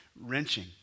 wrenching